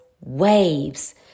waves